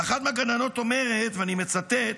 ואחת מהגננות אומרת, ואני מצטט: